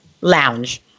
lounge